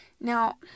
Now